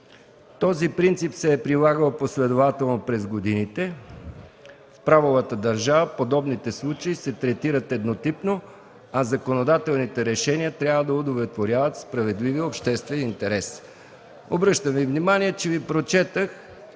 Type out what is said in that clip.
Този принцип се е прилагал последователно през годините. В правовата държава подобните случаи се третират еднотипно, а законодателните решения трябва да удовлетворяват справедливия обществен интерес.” Обръщам Ви внимание, че Ви прочетох